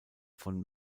von